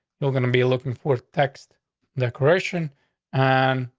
you're gonna be looking for text decoration on.